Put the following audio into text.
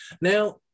now